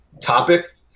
topic